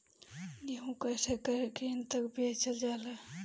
गेहू कैसे क्रय केन्द्र पर बेचल जाला?